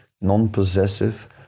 non-possessive